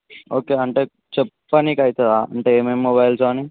okay అంటే చెప్పడానికి అవుతుందా అంటే ఏమేమి మొబైల్స్ అని